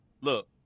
look